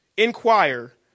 Inquire